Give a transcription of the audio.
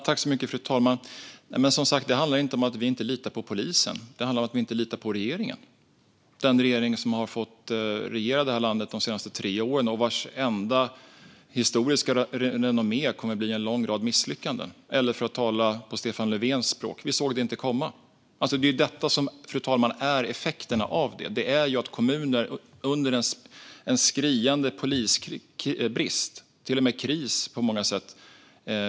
Fru talman! Det handlar inte om att vi inte litar på polisen. Det handlar om att vi inte litar på regeringen, den regering som har fått regera det här landet de senaste tre åren och vars enda historiska renommé kommer att bli en lång rad misslyckanden. Eller för att tala Stefan Löfvens språk: Vi såg det inte komma. Fru talman! Det är detta som är effekterna av det. Kommuner har en skriande polisbrist, till och med kris på många sätt.